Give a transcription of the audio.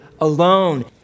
alone